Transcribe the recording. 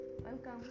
Welcome